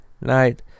night